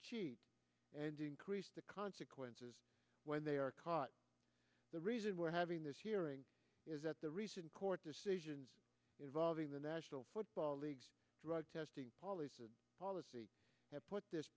cheat and increase the consequences when they are caught the reason we're having this hearing is that the recent court decisions involving the national football league drug testing policy policy have put this